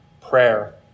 prayer